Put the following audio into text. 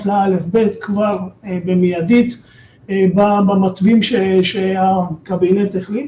ל-א' ב' כבר במיידית במתווים שהקבינט החליט.